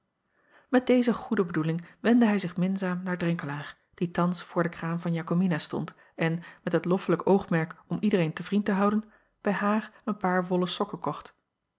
et deze goede bedoeling wendde hij zich minzaam naar renkelaer die thans voor de kraam van akomina stond en met het loffelijk oogmerk om iedereen te vriend te houden bij haar een paar wollen sokken kocht